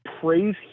praise